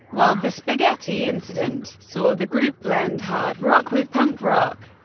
while the spaghetti incident? saw the group blend hard rock with punk rock.